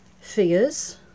figures